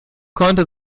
konnte